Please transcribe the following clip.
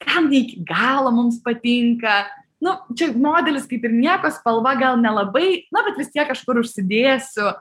gal ne iki galo mums patinka nu čia modelis kaip ir nieko spalva gal nelabai na bet vis tiek kažkur užsidėsiu